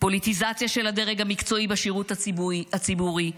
פוליטיזציה של הדרג המקצועי בשירות הציבורי,